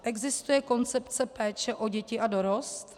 Existuje koncepce péče o děti a dorost?